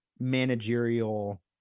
managerial